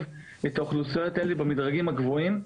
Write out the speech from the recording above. את האוכלוסיות האלה במדרגים הגבוהים,